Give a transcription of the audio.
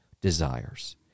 desires